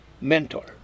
mentor